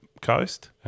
coast